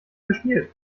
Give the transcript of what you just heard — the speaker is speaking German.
gespielt